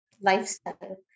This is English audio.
lifestyle